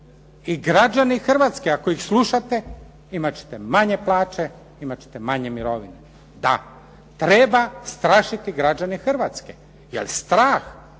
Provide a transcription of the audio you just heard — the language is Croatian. i građani Hrvatske ako ih slušate imat ćete manje plaće, imat ćete manje mirovine. Da treba strašiti građane Hrvatske, jer strah